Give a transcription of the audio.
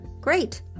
Great